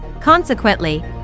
Consequently